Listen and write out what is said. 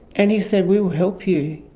and he said, we will help you.